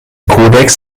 kodex